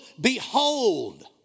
Behold